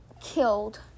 killed